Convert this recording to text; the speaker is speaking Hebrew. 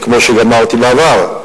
כמו שאמרתי בעבר,